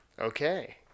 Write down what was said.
Okay